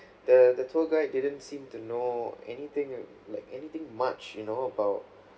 the the tour guide didn't seem to know anything like anything much you know about